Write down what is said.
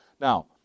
Now